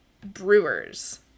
brewer's